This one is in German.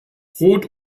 rot